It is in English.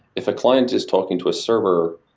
if a client is talking to a server,